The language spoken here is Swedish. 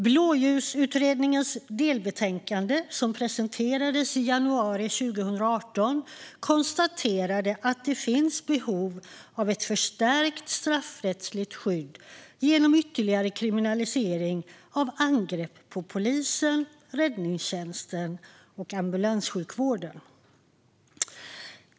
Blåljusutredningen som presenterade sitt delbetänkande i januari 2018 konstaterade att det finns behov av ett förstärkt straffrättsligt skydd genom ytterligare kriminalisering av angrepp på polisen, räddningstjänsten och ambulanssjukvården.